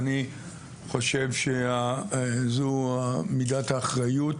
אני חושב שאישור ההחלטה זו מידת האחריות